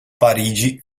parigi